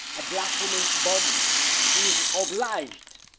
a black woman's body is obliged